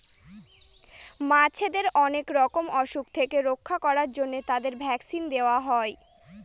মাছেদের অনেক রকমের অসুখ থেকে রক্ষা করার জন্য তাদের ভ্যাকসিন দেওয়া হয়